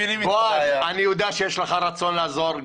אני יודע שיש לך רצון לעזור.